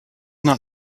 not